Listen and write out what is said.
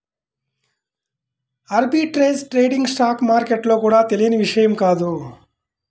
arbitrage trading stock మార్కెట్లలో కూడా తెలియని విషయం కాదు